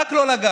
רק לא לגעת.